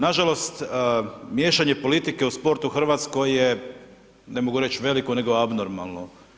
Nažalost, miješanje politike u sport u Hrvatskoj je ne mogu reći veliko, nego abnormalno.